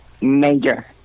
Major